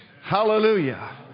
Hallelujah